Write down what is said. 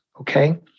okay